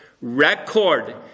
record